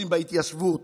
אם בהתיישבות,